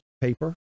paper